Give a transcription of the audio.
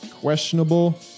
questionable